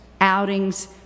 outings